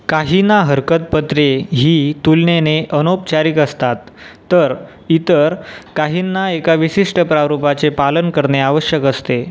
काही ना हरकत पत्रे ही तुलनेने अनौपचारिक असतात तर इतर काहींना एका विशिष्ट प्रारूपाचे पालन करणे आवश्यक असते